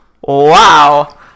Wow